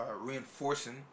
reinforcing